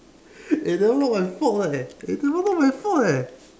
eh that one not my fault leh that not my fault eh